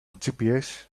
gps